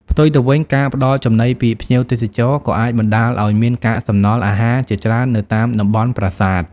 ផ្ទុយទៅវិញ ការផ្តល់ចំណីពីភ្ញៀវទេសចរ ក៏អាចបណ្ដាលឱ្យមានកាកសំណល់អាហារជាច្រើននៅតាមតំបន់ប្រាសាទ។